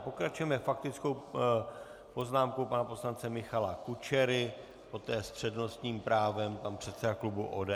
Pokračujeme faktickou poznámkou pana poslance Michala Kučery, poté s přednostním právem pan předseda klubu ODS.